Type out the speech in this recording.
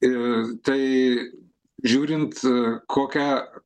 i tai žiūrint kokią